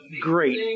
great